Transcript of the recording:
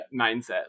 mindset